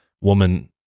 woman